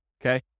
okay